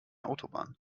autobahn